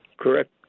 correct